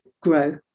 grow